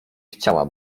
chciała